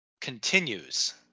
continues